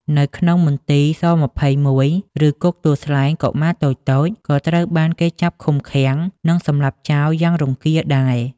នៅក្នុងមន្ទីរស-២១ ឬ គុកទួលស្លែង កុមារតូចៗក៏ត្រូវបានគេចាប់ឃុំឃាំង និងសម្លាប់ចោលយ៉ាងរង្គាលដែរ។